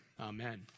amen